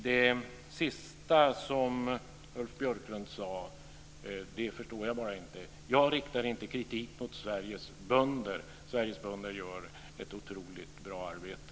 Det sista som Ulf Björklund sade förstår jag bara inte. Jag riktar inte kritik mot Sveriges bönder. Sveriges bönder gör ett otroligt bra arbete.